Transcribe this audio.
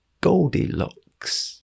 Goldilocks